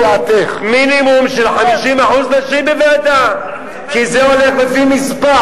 15 נציגים, דומני עשרה הם נציגי משרדי הממשלה.